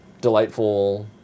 delightful